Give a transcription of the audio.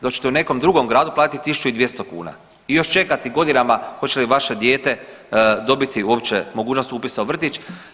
Dok ćete u nekom drugom gradu platiti tisuću i 200 kuna i još čekati godinama hoće li vaše dijete dobiti uopće mogućnost upisa u vrtić.